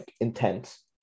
intense